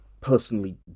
personally